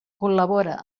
col·labora